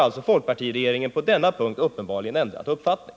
Men nu har folkpartiregeringen på denna punkt uppenbarligen ändrat uppfattning.